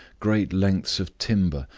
great lengths of timber,